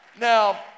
Now